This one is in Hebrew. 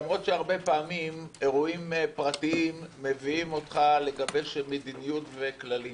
למרות שהרבה פעמים אירועים פרטיים מביאים אותך לגבש מדיניות וכללים.